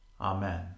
Amen